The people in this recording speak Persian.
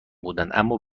بودند، اما